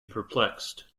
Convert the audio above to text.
perplexed